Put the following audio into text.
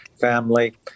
family